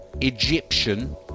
Egyptian